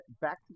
Back